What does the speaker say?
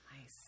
Nice